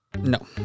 No